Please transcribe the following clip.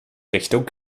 richtung